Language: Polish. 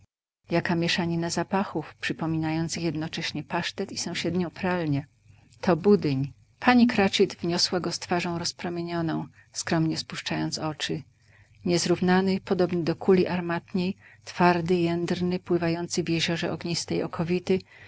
jaka mieszanina zapachów przypominających jednocześnie pasztet i sąsiednią pralnię to budyń pani cratchit wniosła go z twarzą rozpromienioną skromnie spuszczając oczy niezrównany podobny do kuli armatniej twardy jędrny pływający w jeziorze ognistej okowity